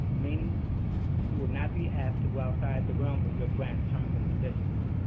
meaning you will not be asked to go outside the realms of your grant's terms and conditions.